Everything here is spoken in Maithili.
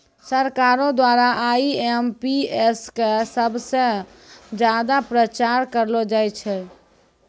सरकारो द्वारा आई.एम.पी.एस क सबस ज्यादा प्रचार करलो जाय छै